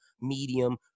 medium